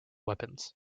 weapons